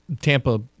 Tampa